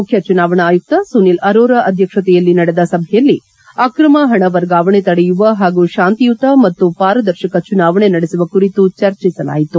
ಮುಖ್ಯ ಚುನಾವಣಾ ಆಯುಕ್ತ ಸುನೀಲ್ ಅರೋರಾ ಅಧ್ಯಕ್ಷತೆಯಲ್ಲಿ ನಡೆದ ಸಭೆಯಲ್ಲಿ ಅಕ್ರಮ ಪಣ ವರ್ಗಾವಣೆ ತಡೆಯುವ ಪಾಗೂ ಶಾಂತಿಯುತ ಮತ್ತು ಪಾರದರ್ಶಕ ಚುನಾವಣೆ ನಡೆಸುವ ಕುರಿತು ಚರ್ಚಿಸಲಾಯಿತು